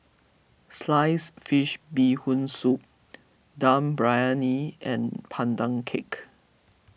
Sliced Fish Bee Hoon Soup Dum Briyani and Pandan Cake